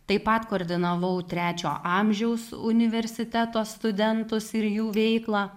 taip pat koordinavau trečio amžiaus universiteto studentus ir jų veiklą